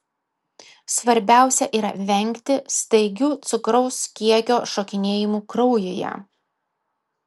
svarbiausia yra vengti staigių cukraus kiekio šokinėjimų kraujyje